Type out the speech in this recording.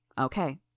Okay